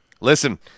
listen